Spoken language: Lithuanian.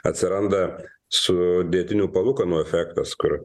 atsiranda sudėtinių palūkanų efektas kur